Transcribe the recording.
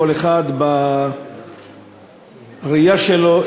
כל אחד בראייה שלו,